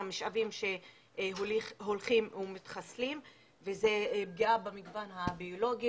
המשאבים שהולכים ומתחסלים וזה פגיעה במגוון הביולוגי